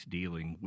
dealing